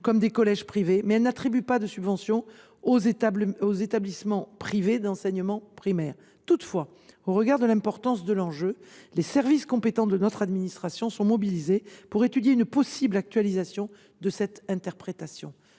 comme des collèges privés, mais elle n’attribue pas de subventions aux établissements privés d’enseignement primaire. Toutefois, au regard de l’importance de l’enjeu, les services compétents de l’administration sont mobilisés pour étudier la possibilité d’une actualisation de cette interprétation.